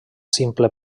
simple